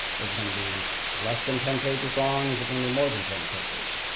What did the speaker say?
is it going to be less than ten pages long? is it going to be more than ten pages?